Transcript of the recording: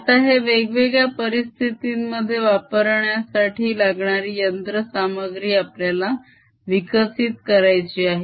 आता हे वेगवेगळ्या परीस्थितींमध्ये वापरण्यासाठी लागणारी यंत्रसामग्री आपल्याला विकसित करायची आहे